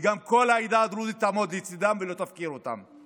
וגם כל העדה הדרוזית תעמוד לצידם ולא תפקיר אותם.